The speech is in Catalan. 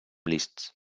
liszt